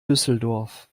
düsseldorf